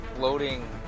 floating